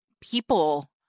People